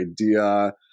idea